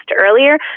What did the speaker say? earlier